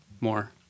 More